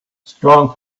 strong